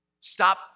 Stop